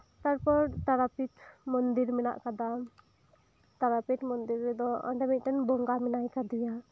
ᱛᱟᱨᱯᱚᱨ ᱛᱟᱨᱟᱯᱤᱴ ᱢᱚᱱᱫᱤᱨ ᱢᱮᱱᱟᱜ ᱟᱠᱟᱫᱟ ᱛᱟᱨᱟᱯᱤᱴ ᱢᱚᱱᱫᱤᱨ ᱨᱮᱫᱚ ᱚᱸᱰᱮ ᱢᱤᱫᱴᱮᱱ ᱵᱚᱸᱜᱟ ᱢᱮᱱᱟᱜ ᱟᱠᱟᱫᱮᱭᱟ